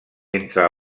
entre